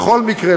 בכל מקרה,